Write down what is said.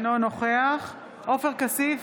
אינו נוכח עופר כסיף,